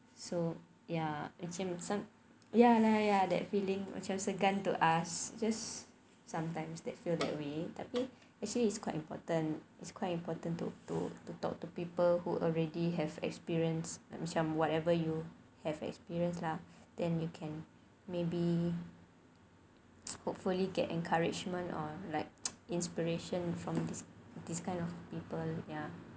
so ya macam some ya ya ya that feeling what's segan to us just sometimes that feel that way tapi actually it's quite important it's quite important to to to talk to people who already have experience macam whatever you have experience lah then you can maybe hopefully get encouragement or like inspiration from this this kind of people ya